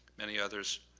many others,